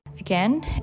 Again